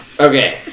Okay